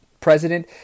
president